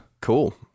Cool